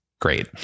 Great